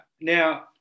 Now